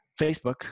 Facebook